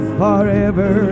forever